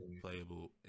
playable